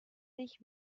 sich